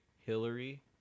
Hillary